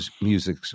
music